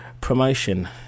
promotion